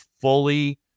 fully